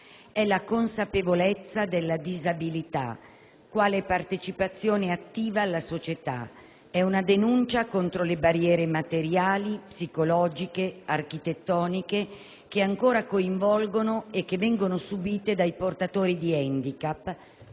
è la consapevolezza della disabilità quale partecipazione attiva alla società; è una denuncia contro le barriere materiali, psicologiche ed architettoniche che ancora coinvolgono i portatori di handicap